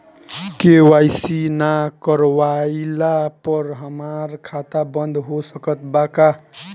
KYC ना करवाइला पर हमार खाता बंद हो सकत बा का?